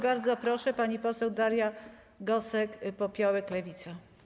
Bardzo proszę, pani poseł Daria Gosek-Popiołek, Lewica.